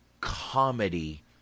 comedy